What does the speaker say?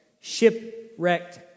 shipwrecked